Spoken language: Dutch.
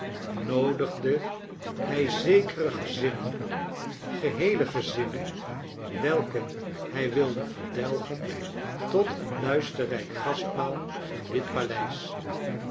noodigde hij zekere gezinnen geheele gezinnen welke hij wilde verdelgen tot een luisterrijk gastmaal in dit paleis